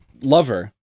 lover